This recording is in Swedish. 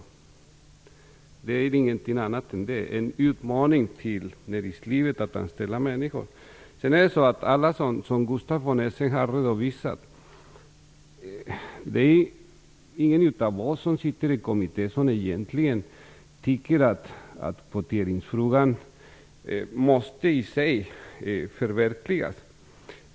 Detta är ingenting annat än en utmaning till näringslivet att anställa människor. När det gäller allt det som Gustaf von Essen har redovisat vill jag säga att ingen av oss som sitter i kommittén egentligen tycker att kvoteringen måste förverkligas.